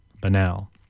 Banal